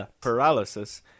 paralysis